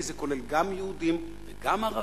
כי זה כולל גם יהודים וגם ערבים,